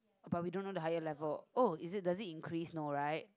but we don't know the higher level oh is it does it increase no right